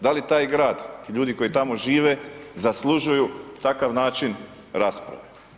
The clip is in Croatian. Da li taj grad, ti ljudi koji tamo žive, zaslužuju takav način rasprave?